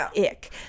ick